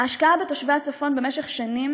ההשקעה בתושבי הצפון במשך שנים